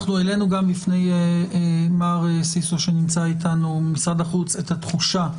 העלינו בפני מר סיסו ממשרד החוץ שנמצא אתנו את התחושה,